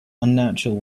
unnatural